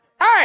Hey